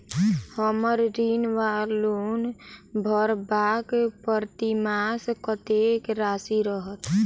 हम्मर ऋण वा लोन भरबाक प्रतिमास कत्तेक राशि रहत?